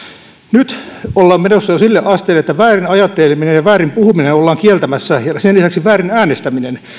nyt ollaan menossa jo sille asteelle että väärin ajatteleminen ja väärin puhuminen ollaan kieltämässä ja sen lisäksi väärin äänestäminen